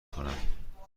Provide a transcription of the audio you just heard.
کنم